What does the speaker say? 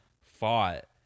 fought